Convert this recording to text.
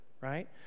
Right